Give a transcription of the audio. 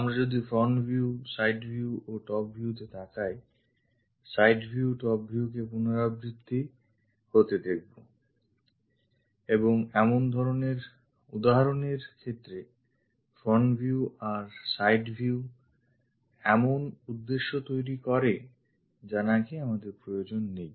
আমরা যদি front view side view ও top view front view side view ও top viewতে তাকাই side view top view কে পুনরাবৃত্তি হতে দেখবো এবং এমন ধরনের উদাহরণ এর ক্ষেত্রে front view আর side viewএমন উদ্দেশ্য তৈরি করে যা নাকি আমাদের প্রয়োজন নেই